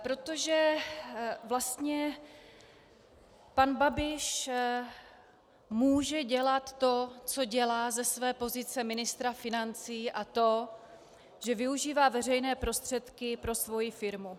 Protože vlastně pan Babiš může dělat to, co dělá ze své pozice ministra financí, a to že využívá veřejné prostředky pro svoji firmu.